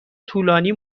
طولانی